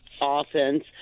offense